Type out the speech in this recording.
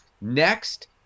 Next